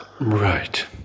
Right